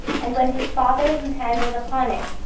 and when his father, whose hand was upon it,